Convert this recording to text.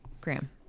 graham